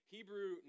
Hebrew